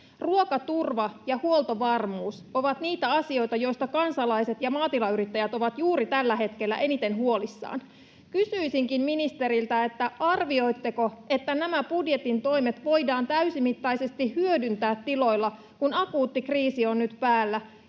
Ruokaturva ja huoltovarmuus ovat niitä asioita, joista kansalaiset ja maatilayrittäjät ovat juuri tällä hetkellä eniten huolissaan. Kysyisinkin ministeriltä: arvioitteko, että nämä budjetin toimet voidaan täysimittaisesti hyödyntää tiloilla, kun akuutti kriisi on nyt päällä,